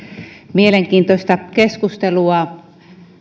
mielenkiintoista keskustelua